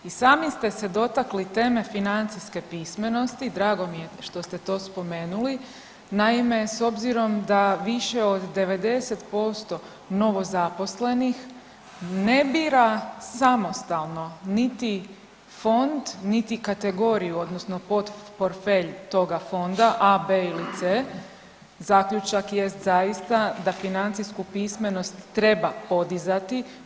I sami ste se dotakli teme financijske pismenosti, drago mi je što ste to spomenuli, naime, s obzirom da više od 90% novozaposlenih ne bira samostalno niti fond niti kategoriju odnosno portfelj toga fonda, a, b ili c, zaključak jest zaista da financijsku pismenost treba podizati.